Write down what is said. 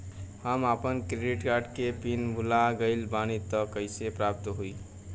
हम आपन credit card के पिन भुला गइल बानी त कइसे प्राप्त होई?